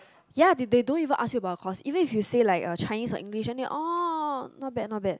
ya they they don't even ask you about your course even if you say like uh Chinese or English then they will say orh not bad not bad